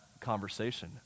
conversation